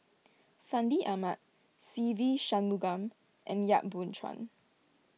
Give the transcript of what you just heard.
Fandi Ahmad Se Ve Shanmugam and Yap Boon Chuan